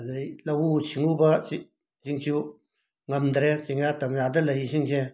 ꯑꯗꯒꯤ ꯂꯧꯎ ꯁꯤꯡꯉꯨꯕꯁꯤ ꯁꯤꯡꯁꯨ ꯉꯝꯗ꯭ꯔꯦ ꯆꯤꯡꯌꯥ ꯇꯝꯌꯥꯗ ꯂꯩꯔꯤꯁꯤꯡꯁꯦ